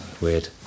Weird